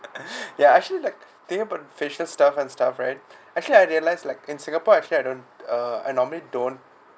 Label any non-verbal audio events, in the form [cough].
[laughs] ya actually like thinking about facial stuff and stuff right [breath] actually I realise like in singapore actually I don't uh I normally don't